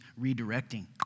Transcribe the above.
redirecting